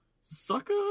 Sucker